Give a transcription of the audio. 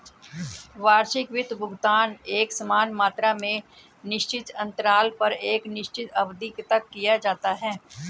वार्षिक वित्त भुगतान एकसमान मात्रा में निश्चित अन्तराल पर एक निश्चित अवधि तक किया जाता है